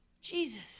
Jesus